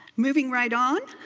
moving right on,